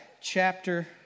chapter